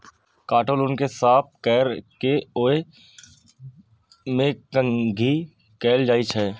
काटल ऊन कें साफ कैर के ओय मे कंघी कैल जाइ छै